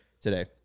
today